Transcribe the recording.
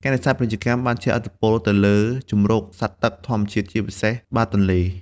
ការនេសាទពាណិជ្ជកម្មបានជះឥទ្ធិពលទៅលើ ជម្រកសត្វទឹក ធម្មជាតិ ជាពិសេសបាតទន្លេ។